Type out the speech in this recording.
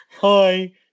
Hi